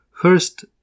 First